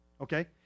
okay